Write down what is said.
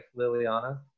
Liliana